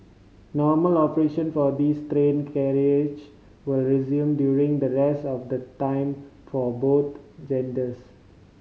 normal operation for these carriages will resume during the rest of the time for both genders